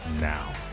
now